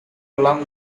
along